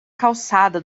calçada